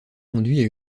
conduit